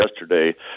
yesterday